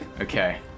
Okay